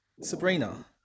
Sabrina